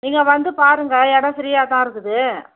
நீங்கள் வந்து பாருங்கள் இடம் ஃப்ரீயாக தான் இருக்குது